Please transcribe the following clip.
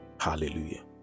Hallelujah